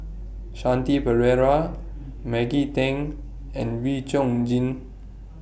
Shanti Pereira Maggie Teng and Wee Chong Jin